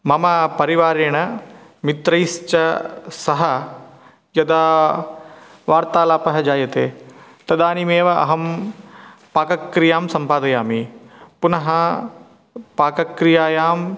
मम परिवारेण मित्रैश्च सह यदा वार्तालापः जायते तदानीमेव अहं पाकक्रियां सम्पादयामि पुनः पाकक्रियायां